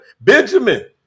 Benjamin